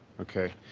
okay.